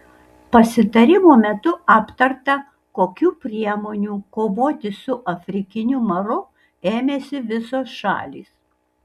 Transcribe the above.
pasitarimo metu aptarta kokių priemonių kovoti su afrikiniu maru ėmėsi visos šalys